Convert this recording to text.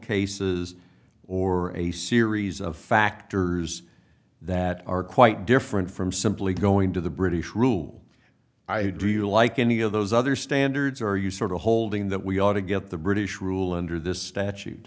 cases or a series of factors that are quite different from simply going to the british rule i do you like any of those other standards are you sort of holding that we ought to get the british rule under this statute